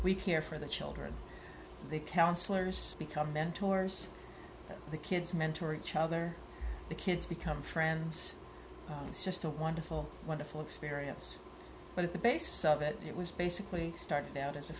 we care for the children the counselors become mentors the kids mentor each other the kids become friends it's just a wonderful wonderful experience but at the base of it it was basically started out as a